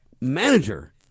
manager